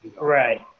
right